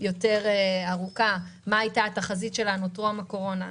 יותר ארוכה מה הייתה התחזית שלנו טרום הקורונה.